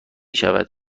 شود